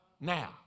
now